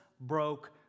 broke